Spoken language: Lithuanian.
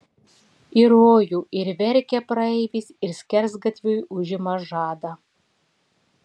į rojų ir verkia praeivis ir skersgatviui užima žadą